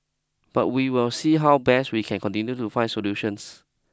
but we will see how best we can continue to find solutions